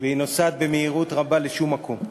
והיא נוסעת במהירות רבה לשום מקום.